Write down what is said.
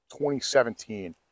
2017